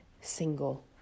single